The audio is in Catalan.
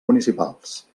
municipals